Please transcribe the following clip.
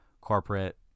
corporate